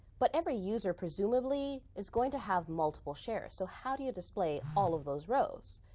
but every user, presumably, is going to have multiple shares. so how did display all of those rows?